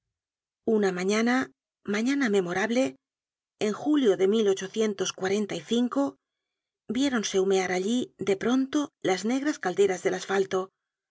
una mañana mañana memorable en julio de viéronse humear allí de pronto las negras calderas del asfalto